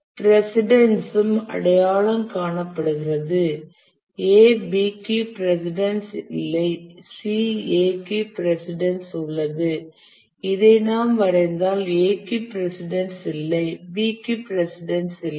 precedence ம் அடையாளம் காணப்படுகிறது A B க்கு பிரசிடன்ஸ் இல்லை மற்றும் C A க்கு பிரசிடன்ஸ் உள்ளது இதை நாம் வரைந்தால் A க்கு பிரசிடன்ஸ் இல்லை B க்கு பிரசிடன்ஸ் இல்லை